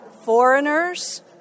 foreigners